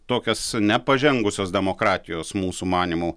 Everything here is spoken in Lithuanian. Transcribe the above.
tokias nepažengusios demokratijos mūsų manymu